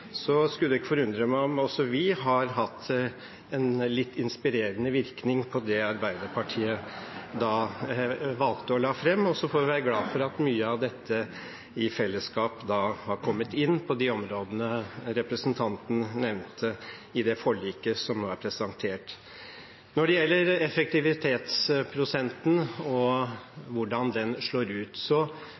så får vi være glad for at mye av dette i fellesskap har kommet inn på de områdene representanten nevnte, i det forliket som nå er presentert. Når det gjelder effektivitetsprosenten og hvordan den slår ut,